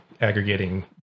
aggregating